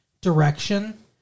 direction